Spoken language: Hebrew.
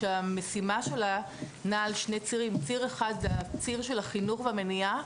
כשהמשימה שלה נעה בשני צירים: ציר אחד זה הציר של החינוך והמניעה,